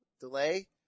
delay